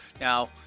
Now